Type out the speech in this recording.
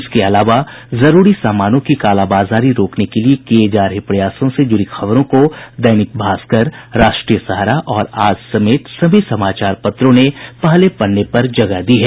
इसके अलावा जरूरी सामानों की कालाबाजारी रोकने के लिए किये जा रहे प्रयासों से जूड़ी खबरों को दैनिक भास्कर राष्ट्रीय सहारा और आज समेत सभी समाचार पत्रों ने पहले पन्ने पर जगह दी है